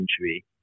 injury